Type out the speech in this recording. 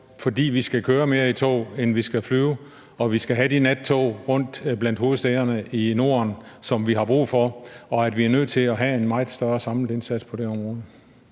fordi vi skal køre mere i tog, end vi skal flyve, og fordi vi skal have de nattog rundt mellem hovedstæderne i Norden, som vi har brug for, og at vi er nødt til at have en meget større samlet indsats på det her område?